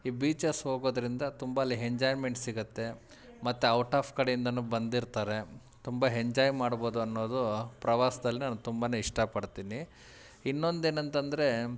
ಈ ಬೀಚಸ್ ಹೋಗೋದ್ರಿಂದ ತುಂಬ ಅಲ್ಲಿ ಹೆಂಜಾಯ್ಮೆಂಟ್ ಸಿಗತ್ತೆ ಮತ್ತು ಔಟ್ ಆಫ್ ಕಡೆಯಿಂದಾನೂ ಬಂದಿರ್ತಾರೆ ತುಂಬ ಹೆಂಜಾಯ್ ಮಾಡ್ಬೌದು ಅನ್ನೋದು ಪ್ರವಾಸದಲ್ಲಿ ನಾನು ತುಂಬಾ ಇಷ್ಟಪಡ್ತೀನಿ ಇನ್ನೊಂದು ಏನಂತಂದರೆ